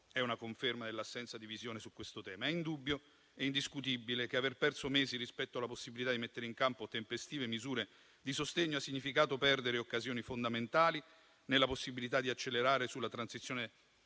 è una conferma dell'assenza di visione su questo tema. È indubbio, è indiscutibile, che aver perso mesi rispetto alla possibilità di mettere in campo tempestive misure di sostegno ha significato perdere occasioni fondamentali nella possibilità di accelerare sulla transizione